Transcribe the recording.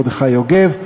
מרדכי יוגב,